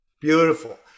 Beautiful